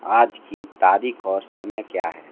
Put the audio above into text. आज की तारीख और समय क्या है